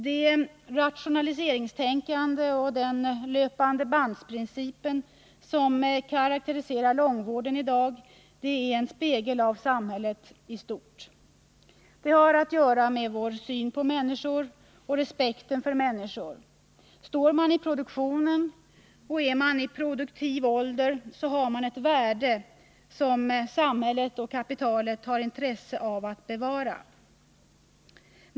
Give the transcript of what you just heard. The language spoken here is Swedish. Det rationaliseringstänkande och den löpandebandsprincip som karakteriserar långvården i dag är en spegel av samhället i stort. Det har att göra med vår syn på människor och respekten för människor. Står man i produktionen och är i produktiv ålder har man ett värde som samhället och kapitalet har intresse av att bevara.